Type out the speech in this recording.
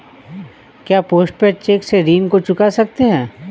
क्या post paid cheque से ऋण को चुका सकते हैं?